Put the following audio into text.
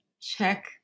check